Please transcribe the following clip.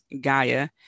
Gaia